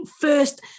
first